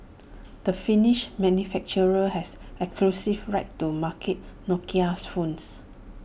the finnish manufacturer has exclusive rights to market Nokia's phones